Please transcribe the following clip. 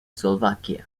slovakia